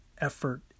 effort